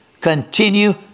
Continue